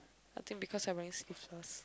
I think because I'm wearing sleeveless